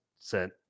sent